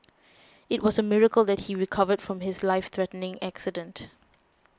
it was a miracle that he recovered from his life threatening accident